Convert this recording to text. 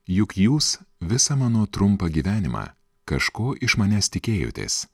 juk jūs visą mano trumpą gyvenimą kažko iš manęs tikėjotės